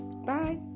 Bye